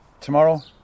tomorrow